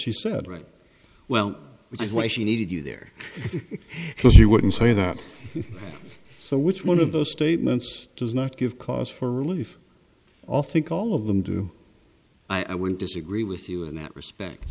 she said right well which is why she needed you there because she wouldn't say that so which one of those statements does not give cause for relief all think all of them do i wouldn't disagree with you in that respect